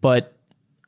but